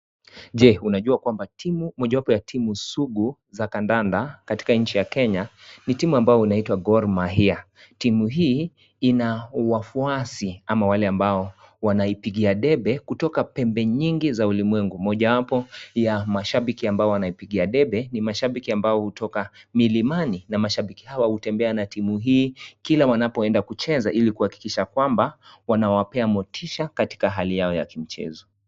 Je, unajua kwamba timu mojawapo ya timu sugu za kandanda katika nchi ya Kenya ni timu ambao unaitwa Gor Mahia . Timu hii ina wafuasi ama wale ambao wanaipigia debe kutoka pembe nyingi za ulimwengu. Mojawapo ya mashabiki ambao wanaipigia debe ni mashabiki ambao hutoka milimani. Na mashabiki hawa hutembea na timu hii kila ambapo wanaenda kucheza ili kuhakikisha ya kwamba wanawapea motisha katika hali yao ya kimchezo.